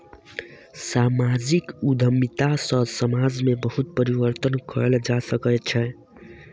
सामाजिक उद्यमिता सॅ समाज में बहुत परिवर्तन कयल जा सकै छै